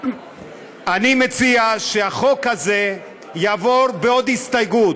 אני מציע שהחוק הזה יעבור בעוד הסתייגות.